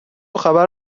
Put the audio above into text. خبر